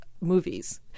movies